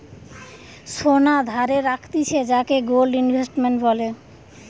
সোনা ধারে রাখতিছে যাকে গোল্ড ইনভেস্টমেন্ট বলে